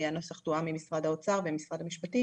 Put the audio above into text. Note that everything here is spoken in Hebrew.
הנוסח תואם עם משרד האוצר ועם משרד המשפטים